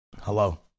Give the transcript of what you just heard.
Hello